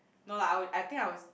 no lah I would I think I was